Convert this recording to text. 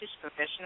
professional